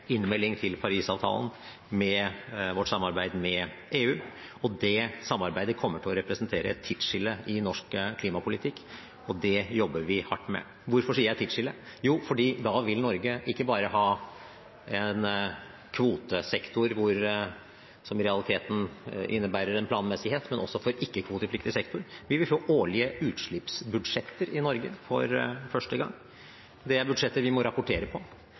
innmelding til Paris-avtalen, med vårt samarbeid med EU, og det samarbeidet kommer til å representere et tidsskille i norsk klimapolitikk, og det jobber vi hardt med. Hvorfor sier jeg tidsskille? Jo, fordi da vil Norge ikke bare ha en kvotesektor som i realiteten innebærer en planmessighet, men også for ikke-kvotepliktig sektor vil vi få årlige utslippsbudsjetter i Norge for første gang. Det er budsjetter vi må rapportere på.